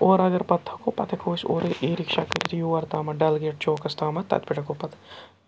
اورٕ اگر پَتہٕ تھَکو پَتہٕ ہیکو أسۍ اورَے اِی رِکشا کٔرِتھ یور تامَتھ ڈَل گیٹ چوکَس تامَتھ تتہِ پٮ۪ٹھ ہٮ۪کو پَتہٕ